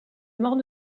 mort